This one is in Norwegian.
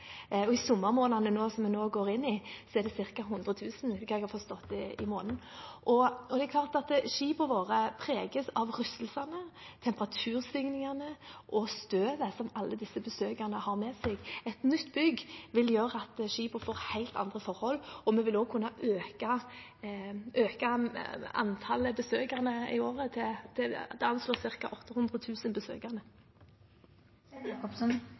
Og i sommermånedene som vi nå går inn i, er det ca. 100 000 i måneden, etter det jeg har forstått. Det er klart at skipene våre preges av rystelsene, temperatursvingningene og støvet som alle disse besøkende har med seg. Et nytt bygg vil gjøre at skipene får helt andre forhold, og vi vil også kunne øke antall besøkende i året til